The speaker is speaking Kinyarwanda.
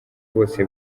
bose